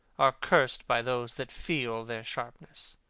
are curs'd by those that feel their sharpness